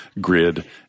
grid